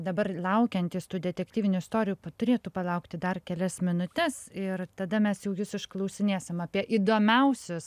dabar laukiantys tų detektyvinių istorijų turėtų palaukti dar kelias minutes ir tada mes jau jus išklausinėsim apie įdomiausius